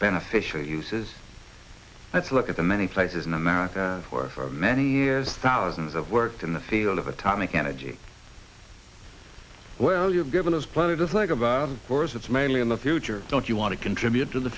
beneficial uses let's look at the many places in america where for many years thousands of worked in the field of atomic energy well you've given us plenty to think about of course it's mainly in the future don't you want to contribute to the